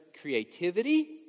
creativity